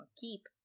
keep